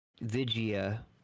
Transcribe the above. Vigia